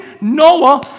Noah